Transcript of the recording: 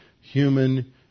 human